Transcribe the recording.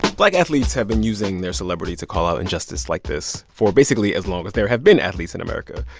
black athletes have been using their celebrity to call out injustice like this for basically as long as there have been athletes in america.